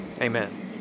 Amen